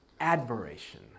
admiration